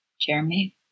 Jeremy